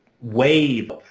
wave